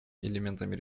элементами